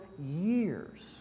years